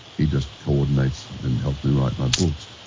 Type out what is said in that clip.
he just coordinates and helps me write my books.